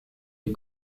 les